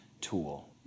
tool